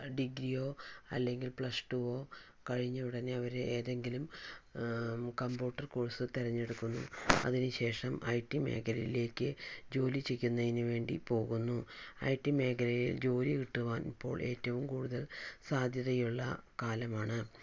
ഡിഗ്രിയോ അല്ലെങ്കില് പ്ലസ്ടുവോ കഴിഞ്ഞ ഉടനെ അവര് ഏതെങ്കിലും കമ്പ്യുട്ടര് കോഴ്സ് തെരഞ്ഞെടുക്കുന്നു അതിന് ശേഷം ഐടി മേഖലയിലേക്ക് ജോലി ചെയ്യുന്നതിന് വേണ്ടി പോകുന്നു ഐടി മേഖലയില് ജോലി കിട്ടുവാന് ഇപ്പോള് ഏറ്റവും കൂടുതല് സാധ്യതയുള്ള കാലമാണ്